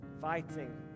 fighting